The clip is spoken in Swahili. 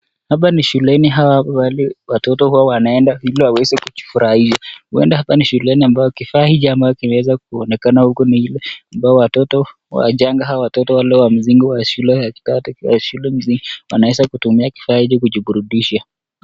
Hapa ni shuleni au mahali ambapo watoto huwa wanaenda ili waweze kujifurahisha. Kuenda hapa ni shuleni ambapo kifaa hiki ambacho kimeweza kuonekana huku ni ile ambayo watoto wachanga au watoto wale wa msingi wa shule ya kidato kiasi. Wanaweza kutumia kifaa hiki kujiburudisha.